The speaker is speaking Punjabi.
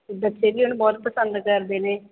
ਬੱਚੇ ਵੀ ਉਹਨੂੰ ਬਹੁਤ ਪਸੰਦ ਕਰਦੇ ਨੇ